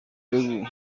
بگو